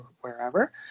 wherever